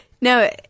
No